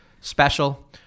special